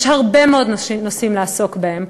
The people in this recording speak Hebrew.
יש הרבה מאוד נושאים לעסוק בהם,